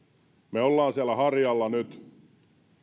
me olemme siellä harjalla nyt